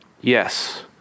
yes